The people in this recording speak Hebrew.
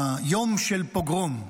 יום של פוגרום,